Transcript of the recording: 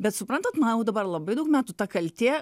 bet suprantat man jau dabar labai daug metų ta kaltė